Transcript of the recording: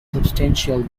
substantial